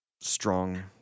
strong